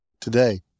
today